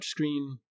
touchscreen